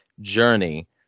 journey